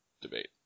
debate